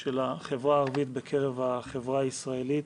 של החברה הערבית בקרב החברה הישראלית.